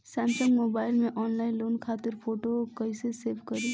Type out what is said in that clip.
Samsung mobile में online loan खातिर photo कैसे सेभ करीं?